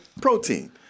protein